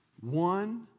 One